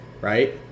right